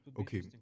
okay